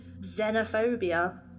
xenophobia